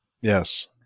yes